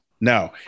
No